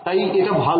তাই এটা ভালো